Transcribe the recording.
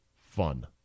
fun